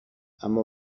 اما